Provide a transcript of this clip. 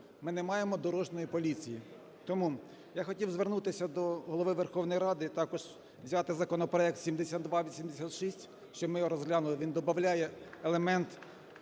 Ми не маємо дорожньої поліції. Тому я б хотів звернутися до Голови Верховної Ради також взяти законопроект 7286, щоб ми його розглянули, він добавляє елемент